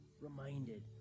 reminded